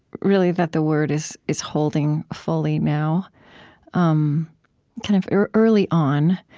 really, that the word is is holding fully now um kind of early on.